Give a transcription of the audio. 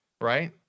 right